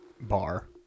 bar